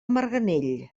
marganell